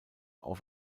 auf